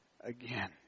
again